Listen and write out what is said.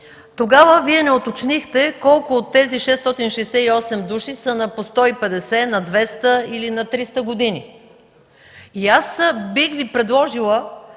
Тогава Вие не уточнихте колко от тези 668 души са на по 150-200 или на 300 години. И аз бих Ви предложила